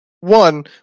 One